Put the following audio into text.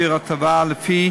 שיעור ההטבה לפי